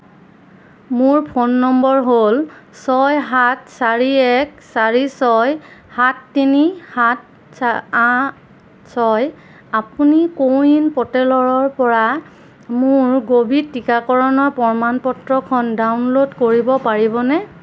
মোৰ phone number হ'ল ছয় সাত চাৰি এক চাৰি ছয় সাত তিনি সাত আঠ ছয় আপুনি কোৱিন প'ৰ্টেলৰপৰা মোৰ ক'ভিড টীকাকৰণৰ প্ৰমাণপত্ৰখন ডাউনল'ড কৰিব পাৰিবনে